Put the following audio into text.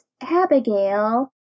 Abigail